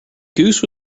goose